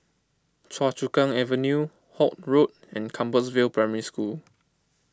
Choa Chu Kang Avenue Holt Road and Compassvale Primary School